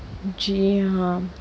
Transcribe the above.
जी हाँ